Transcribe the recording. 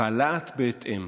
והלהט בהתאם.